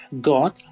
God